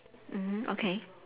mmhmm okay